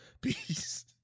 Peace